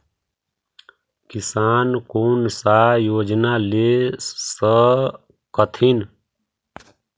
किसान कोन सा योजना ले स कथीन?